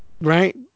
Right